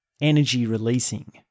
energy-releasing